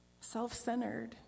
self-centered